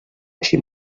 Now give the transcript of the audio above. així